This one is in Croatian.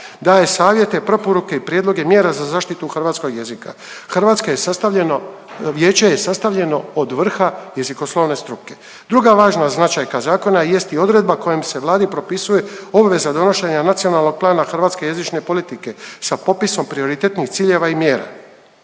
daje savjete, preporuke i prijedloge mjera za zaštitu hrvatskog jezika. Hrvatsko je sastavljeno, Vijeće je sastavljeno od vrha jezikoslovne struke. Druga važna značajka zakona jest i odredba kojom se Vladi propisuje obveza donošenja nacionalnog plana hrvatske jezične politike sa popisom prioritetnih ciljeva i mjera.